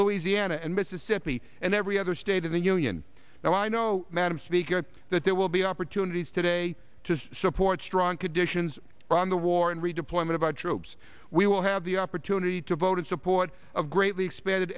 louisiana and mississippi and every other state in the union now i know madam speaker that there will be opportunities today to support strong conditions on the war and redeployment of our troops we will have the opportunity to vote in support of greatly expanded